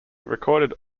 recorded